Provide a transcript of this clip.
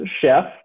chef